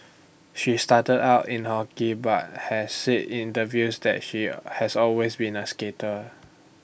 she started out in hockey but has said interviews that she has always been A skater